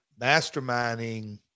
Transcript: masterminding